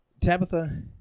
tabitha